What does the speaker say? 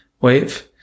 wave